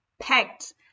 packed